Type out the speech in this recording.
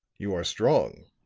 you are strong,